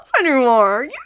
anymore